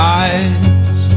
eyes